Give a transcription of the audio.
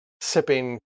sipping